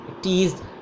teased